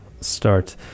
start